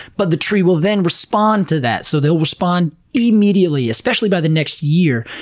but the tree will then respond to that. so they'll respond immediately, especially by the next year,